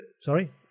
Sorry